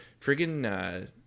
Friggin